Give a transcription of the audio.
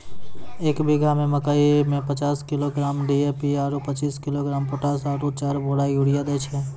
एक बीघा मे मकई मे पचास किलोग्राम डी.ए.पी आरु पचीस किलोग्राम पोटास आरु चार बोरा यूरिया दैय छैय?